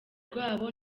rwabo